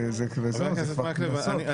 זה כבר קנס.